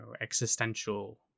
Existential